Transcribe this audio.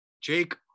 Jake